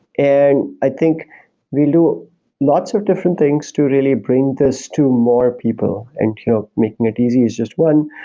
and i think we'll do lots of different things to really bring this to more people, and you know making it easy is just one.